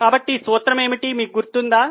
కాబట్టి సూత్రం ఏమిటి మీకు గుర్తుందా